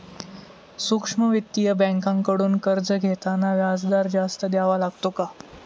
सूक्ष्म वित्तीय बँकांकडून कर्ज घेताना व्याजदर जास्त द्यावा लागतो का?